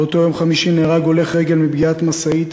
באותו יום חמישי נהרג הולך רגל מפגיעת משאית